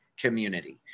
community